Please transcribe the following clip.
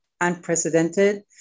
unprecedented